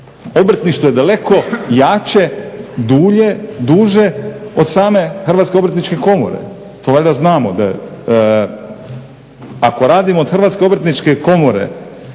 Obrtništvo je daleko jače, duže od same Hrvatske obrtničke komore. To valjda znamo. Ako radimo od Hrvatske obrtničke komore